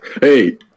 Hey